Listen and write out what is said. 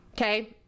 Okay